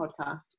Podcast